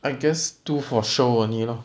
I guess to for show only lor